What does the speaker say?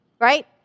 right